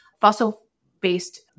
fossil-based